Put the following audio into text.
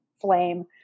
flame